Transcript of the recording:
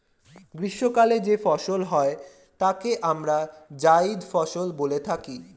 গ্রীষ্মকালে যে ফসল চাষ হয় তাকে আমরা জায়িদ ফসল বলে থাকি